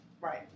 right